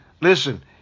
Listen